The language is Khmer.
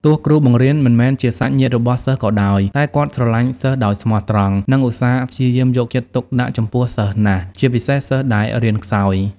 ទោះគ្រូបង្រៀនមិនមែនជាសាច់ញាតិរបស់សិស្សក៏ដោយ តែគាត់ស្រឡាញ់សិស្សដោយស្មោះត្រង់ និងឧស្សាហ៍ព្យាយាមយកចិត្តទុកដាក់ចំពោះសិស្សណាស់ ជាពិសេសសិស្សដែលរៀនខ្សោយ។